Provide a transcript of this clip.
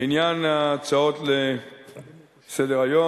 לעניין ההצעות לסדר-היום,